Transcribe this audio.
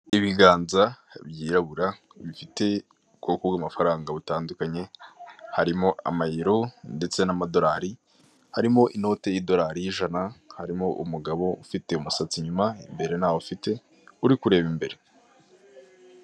Ibiganza byirabura bifite ubwoko bw'amafaranga butandukanye harimo amayero ndetse n'amadorari, harimo inote y'idorari y'ijana harimo umugabo ufite umusatsi inyuma imbere ntawo afite uri kureba imbere.